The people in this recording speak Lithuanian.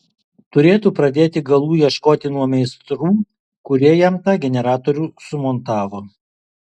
turėtų pradėti galų ieškoti nuo meistrų kurie jam tą generatorių sumontavo